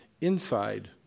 inside